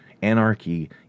Anarchy